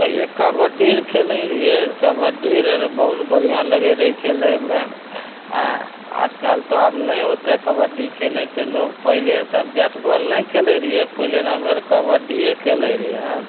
पहिले कबड्डीआर खेलै रहिए कबड्डीआर बहुत बढ़िआँ लागै रहै खेलैमे हेँ आजकल तऽ आब नहि ओत्ते कबड्डी खेलै छै लोक पहिले तऽ बैट बॉल नहि खेलै रहिए पहिले हमेआर कबड्डिए खेलै रहिए हेँ